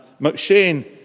McShane